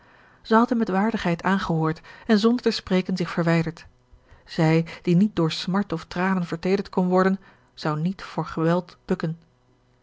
had hem met waardigheid aangehoord en zonder te spreken zich verwijderd zij die niet door smart of tranen verteederd kon worden zou niet voor geweld bukken